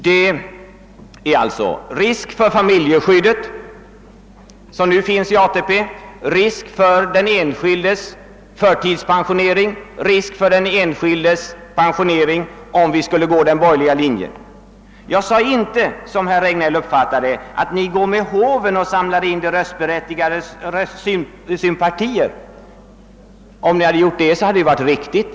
Det skulle alltså uppstå risk för familjeskyddet, som nu finns i ATP, risk för den enskildes förtidspensionering och risk för den enskildes pensionering, om vi skulle följa den borgerliga linjen. Jag sade inte, som herr Regnéll uppfattade det, att ni går med håven och samlar in de röstberättigades sympatier. Om ni hade gjort så, hade det ju varit riktigt.